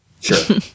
Sure